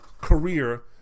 career